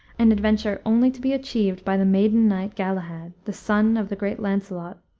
an adventure only to be achieved by the maiden knight, galahad, the son of the great launcelot,